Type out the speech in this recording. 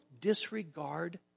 disregard